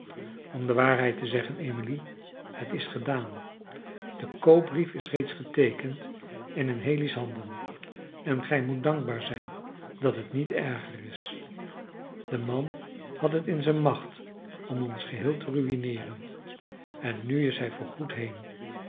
om de waarheid te zeggen emily het is gedaan de koopbrief is reeds geteekend en in haley's handen en gij moet dankbaar zijn dat het niet erger is de man had het in zijn macht om ons geheel te ruïneeren en nu is hij voorgoed heen